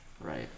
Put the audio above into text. Right